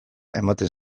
ematen